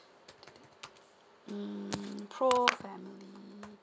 mm pro family